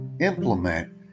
implement